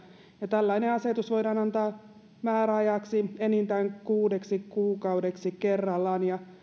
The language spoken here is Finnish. ja tällainen asetus voidaan antaa määräajaksi enintään kuudeksi kuukaudeksi kerrallaan ja